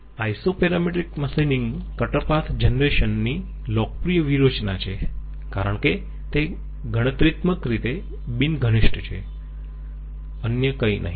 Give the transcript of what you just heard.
iso parametric machining cutter path generation ની લોકપ્રિય વ્યૂહરચના છે કારણ કે તે ગણતરીત્મક રીતે બિન ઘનિષ્ઠ છે અન્ય કઈ નહીં